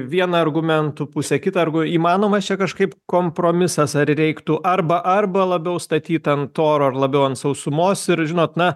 vieną argumentų pusę kitą ar įmanoma čia kažkaip kompromisas ar reiktų arba arba labiau statyt ant oro ar labiau ant sausumos ir žinot na